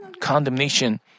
condemnation